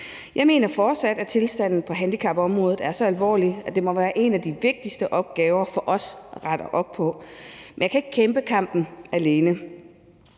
Jeg mener fortsat, at tilstanden på handicapområdet er så alvorlig, at det må være en af de vigtigste opgaver for os at rette op på. Men jeg kan ikke kæmpe kampen alene.